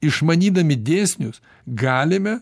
išmanydami dėsnius galime